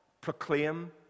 Proclaim